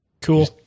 Cool